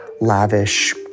lavish